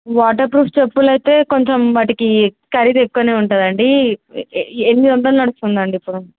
water proof చెప్పులయితే కొంచెం వాటికి ఖరీదు ఎక్కువనే ఉంటుందండి ఎనిమిది వందలు నడుస్తుందండి ఇప్పుడు